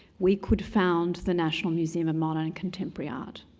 we could found the national museum of modern and contemporary art.